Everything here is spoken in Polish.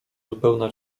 zupełna